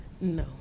No